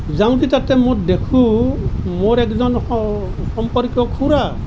যাওঁতে তাতে মই দেখোঁ মোৰ এজন সম্পৰ্কীয় খুৰা